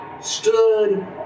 stood